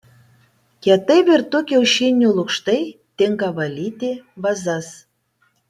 kietai virtų kiaušinių lukštai tinka valyti vazas